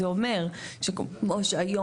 זה אומר שכמו שהיום,